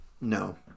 No